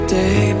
day